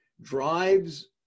drives